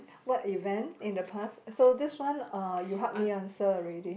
what event in the past so this one uh you help me answer already